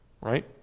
Right